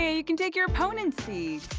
ah you can take your opponent's seeds,